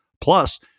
plus